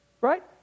right